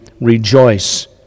rejoice